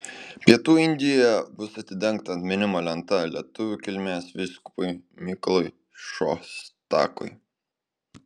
pietų indijoje bus atidengta atminimo lenta lietuvių kilmės vyskupui mykolui šostakui